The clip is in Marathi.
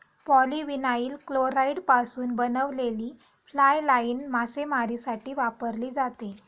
पॉलीविनाइल क्लोराईडपासून बनवलेली फ्लाय लाइन मासेमारीसाठी वापरली जाते